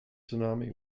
tsunami